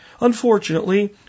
Unfortunately